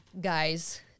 guys